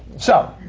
so.